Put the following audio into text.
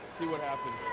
see what happens.